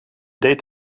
deed